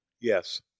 yes